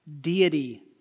Deity